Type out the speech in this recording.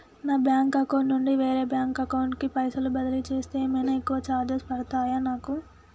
నా bank account నుండి వేరే బ్యాంక్ అకౌంట్ కి పైసల్ బదిలీ చేస్తే ఏమైనా ఎక్కువ చార్జెస్ పడ్తయా నాకు?